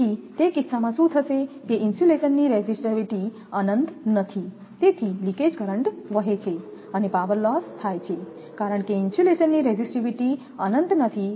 તેથી તે કિસ્સામાં શું થશે કે ઇન્સ્યુલેશનની રેઝિસ્ટિવિટી અનંત નથી તેથી લિકેજ કરંટ વહે છે અને પાવરલોસ થાય છે કારણ કે ઇન્સ્યુલેશનની રેઝિસ્ટિવિટી અનંત નથી